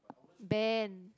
band